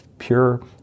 Pure